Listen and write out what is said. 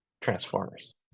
Transformers